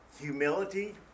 humility